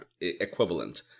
equivalent